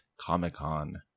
Comic-Con